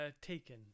taken